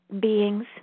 beings